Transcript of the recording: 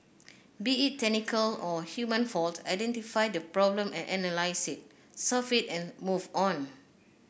be it technical or human fault identify the problem and analyse it solve it and move on